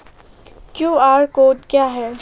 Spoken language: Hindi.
क्यू.आर कोड क्या है?